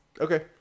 okay